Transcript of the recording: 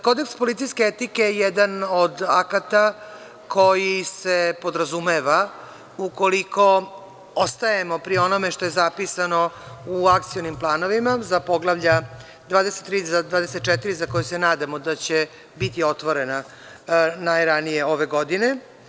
Kodeks policijske etike je jedan od akata koji se podrazumeva ukoliko ostajemo pri onome što je zapisano u akcionim planovima za poglavlja 23 i 24, za koja se nadamo da će biti otvorena najranije ove godine.